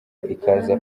ikaza